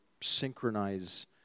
synchronize